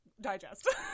digest